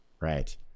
Right